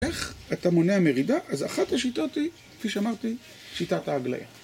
איך אתה מונע מרידה, אז אחת השיטות היא, כפי שאמרתי, שיטת ההגלייה